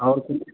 आओर किछु